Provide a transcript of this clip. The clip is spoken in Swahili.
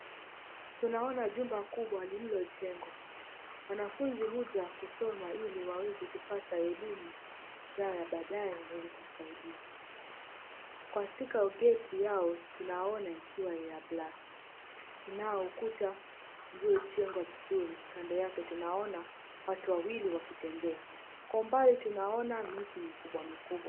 Tunaona jumba kubwa lililojengwa. Wanafunzi huja kusoma ili waweze kupata elimu yao ya baadaye, waweze kusaidiwa. Katika geti yao, tunaona likiwa la Black , nao ukuta uliojengwa vizuri. Kando yake tunaona watu wawili wakitembea. Kwa umbali, tunaona miti mikubwa mikubwa.